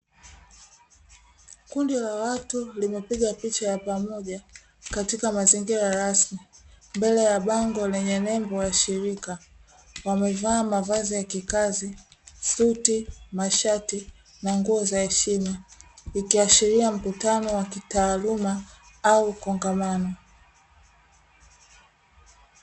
Kundi la watu limepiga picha ya pamoja katika mazingira rasmi mbele ya bango lenye nembo ya shirika, wamevaa mavazi ya kikazi, suti, mashati na nguo za heshima ikiashiria mkutano wa kitaaluma au kongamano.